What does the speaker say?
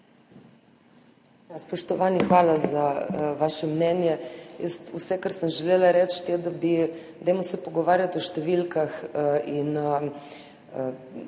Spoštovani, hvala za vaše mnenje. Vse, kar sem želela reči, je, da se dajmo pogovarjati o številkah.